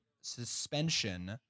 suspension